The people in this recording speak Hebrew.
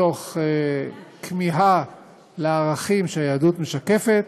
מתוך כמיהה לערכים שהיהדות משקפת,